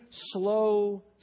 slow